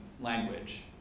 language